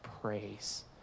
praise